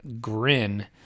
grin